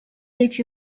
ээж